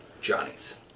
Johnny's